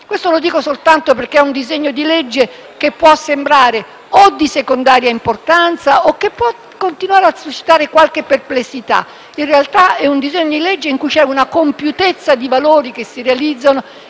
quello al nostro esame può sembrare un disegno di legge di secondaria importanza o che può continuare a suscitare qualche perplessità. In realtà, è un disegno di legge in cui c'è una compiutezza di valori che si realizzano